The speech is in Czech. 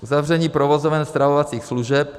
uzavření provozoven stravovacích služeb,